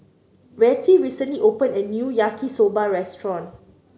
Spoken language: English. Rettie recently opened a new Yaki Soba restaurant